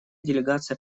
делегация